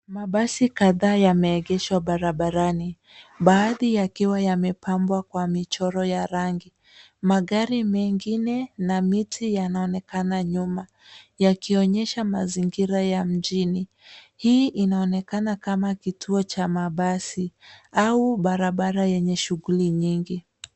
Mabasi kadhaa yameegeshwa barabarani. Baadhi yakiwa yamepambwa kwa michoro ya rangi. Magari mengine, na miti yanaonekana nyuma, yakionyesha mazingira ya mjini. Hii inaonekana kama kituo cha mabasi, au barabara yenye shughuli nyingi.